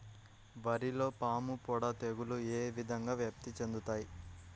వరిలో పాముపొడ తెగులు ఏ విధంగా వ్యాప్తి చెందుతాయి?